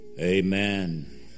Amen